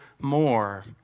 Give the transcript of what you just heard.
more